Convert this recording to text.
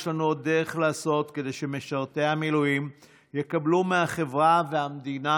יש לנו עוד דרך לעשות כדי שמשרתי המילואים יקבלו מהחברה והמדינה